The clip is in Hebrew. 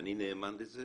ואני נאמן לזה